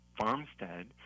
farmstead